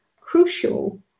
crucial